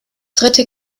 dritte